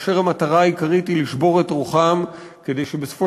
כאשר המטרה העיקרית היא לשבור את רוחם כדי שבסופו